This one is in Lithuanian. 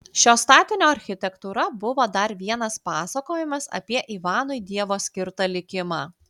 šio statinio architektūra buvo dar vienas pasakojimas apie ivanui dievo skirtą likimą